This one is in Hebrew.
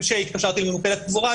וכשהתקשרתי אליו יש הודעה אוטומטית.